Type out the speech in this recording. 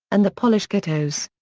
and the polish ghettos.